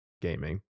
gaming